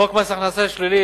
חוק מס הכנסה שלילי,